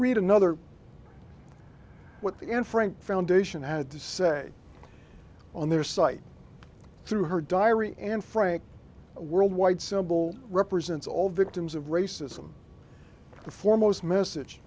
read another what the and frank foundation had to say on their site through her diary and frank a world wide symbol represents all victims of racism the foremost message